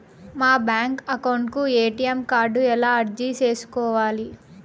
మా bank account కు ATM card ఎలా అర్జీ సేసుకోవాలి?